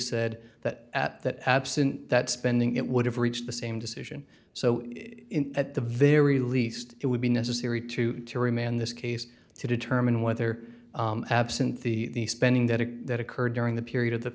said that at that absent that spending it would have reached the same decision so at the very least it would be necessary to to remand this case to determine whether absent the spending that that occurred during the period of the